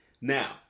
Now